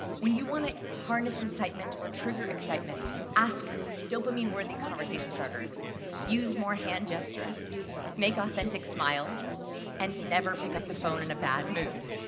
when you want ah harness incitement or trigger excitement ask dopamine-worthy conversation starters use more hand gestures make authentic smiles and never pick up the phone in a bad mood.